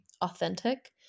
authentic